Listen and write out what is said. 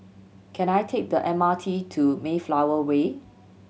can I take the M R T to Mayflower Way